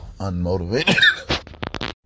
unmotivated